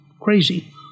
crazy